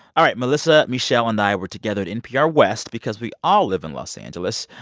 all right. melissa, mishel and i were together at npr west because we all live in los angeles.